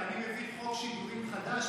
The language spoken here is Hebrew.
כי אני מביא חוק שידורים חדש,